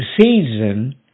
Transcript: season